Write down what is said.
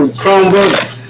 Chromebooks